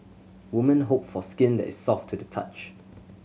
woman hope for skin that is soft to the touch